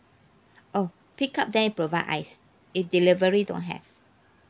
oh pick up then you provide ice if delivery don't have